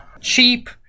cheap